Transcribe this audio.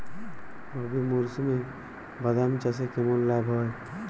রবি মরশুমে বাদাম চাষে কেমন লাভ হয়?